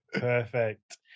Perfect